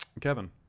Kevin